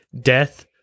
death